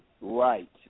Right